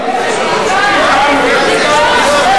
איזו בדיחה,